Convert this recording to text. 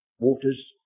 Waters